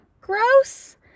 gross